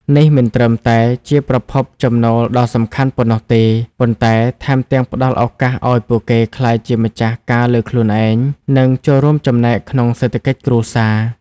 នេះមិនត្រឹមតែជាប្រភពចំណូលដ៏សំខាន់ប៉ុណ្ណោះទេ ប៉ុន្តែថែមទាំងផ្តល់ឱកាសឱ្យពួកគេក្លាយជាម្ចាស់ការលើខ្លួនឯង និងចូលរួមចំណែកក្នុងសេដ្ឋកិច្ចគ្រួសារ។